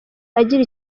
agira